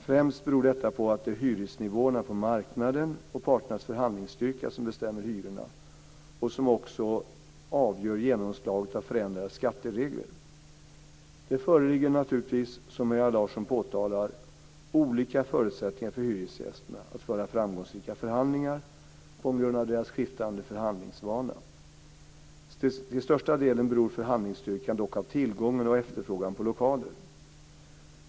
Främst beror detta på att det är hyresnivåerna på marknaden och parternas förhandlingsstyrka som bestämmer hyrorna och som också avgör genomslaget av förändrade skatteregler. Det föreligger naturligtvis, som Maria Larsson påtalar, olika förutsättningar för hyresgästerna att föra framgångsrika förhandlingar på grund av deras skiftande förhandlingsvana. Till största delen beror förhandlingsstyrkan dock av tillgången och efterfrågan på lokaler.